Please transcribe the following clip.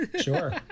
Sure